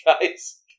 guys